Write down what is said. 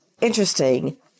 interesting